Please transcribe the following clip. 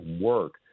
work